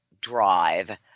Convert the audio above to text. drive